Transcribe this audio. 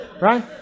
right